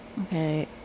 Okay